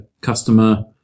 customer